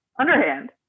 Underhand